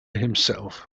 himself